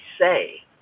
say